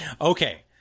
Okay